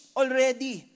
already